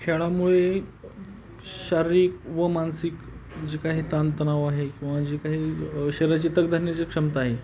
खेळामुळे शारीरिक व मानसिक जे काही ताणतणाव आहे किंवा जे काही शरीराची तग धरण्याची क्षमता आहे